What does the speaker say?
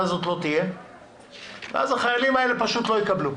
הזו לא תהיה ואז החיילים האלה לא יקבלו.